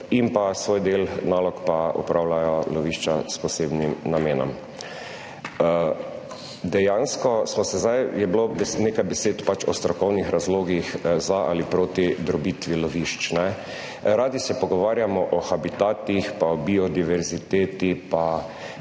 in pa svoj del nalog pa opravljajo lovišča s posebnim namenom. Dejansko je bilo nekaj besed pač o strokovnih razlogih za ali proti drobitvi lovišč. Radi se pogovarjamo o habitatih, pa o biodiverziteti